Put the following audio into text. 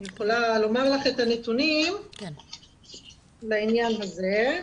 אני יכולה לומר לך את הנתונים בעניין הזה.